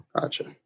Gotcha